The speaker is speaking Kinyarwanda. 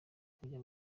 kujya